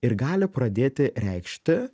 ir gali pradėti reikšti